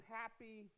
happy